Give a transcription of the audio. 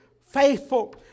faithful